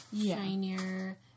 shinier